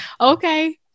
Okay